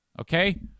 Okay